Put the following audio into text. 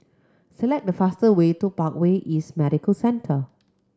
select the fastest way to Parkway East Medical Centre